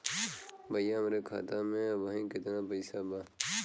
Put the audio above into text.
भईया हमरे खाता में अबहीं केतना पैसा बा?